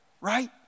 right